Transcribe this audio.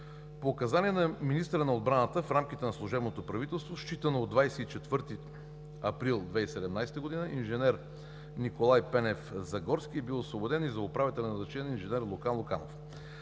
По указания на министъра на отбраната, в рамките на служебното правителство, считано от 24 април 2017 г., инж. Николай Пенев Загорски е бил освободен и за управител е назначен инж. Лука Луканов.